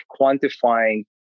quantifying